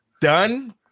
done